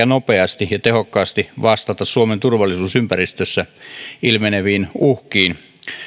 nopeasti ja tehokkaasti vastata suomen turvallisuusympäristössä ilmeneviin uhkiin